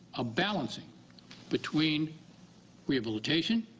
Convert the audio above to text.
a balancing between rehabilitation,